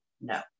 No